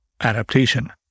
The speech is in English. adaptation